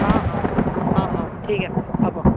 অ' অ' অ' অ' ঠিক আছে হ'ব